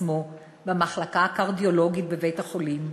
עצמו במחלקה הקרדיולוגית בבית-החולים,